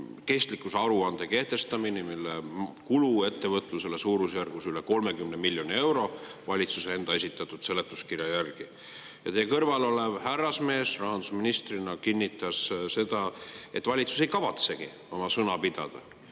kestlikkuse aruande kehtestamine, mille kulu ettevõtlusele on suurusjärgus üle 30 miljoni euro valitsuse enda esitatud seletuskirja järgi, ja teie kõrval olev härrasmees rahandusministrina kinnitas seda, et valitsus ei kavatsegi oma sõna pidada.